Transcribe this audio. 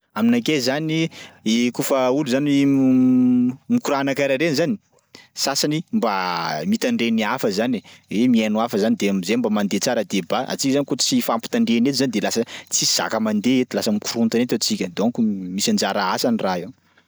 Aminakay zany kaofa olo zany mikorana karaha reny zany sasany mba mitandreny hafa zany e he mihaino hafa zany de am'zay mba mandeha tsara débat. Antsika zany kô tsy ifampitandreny eo zany de lasa tsisy zaka mandeha eto lasa mikorontana eto antsika donko misy anjara asany raha io.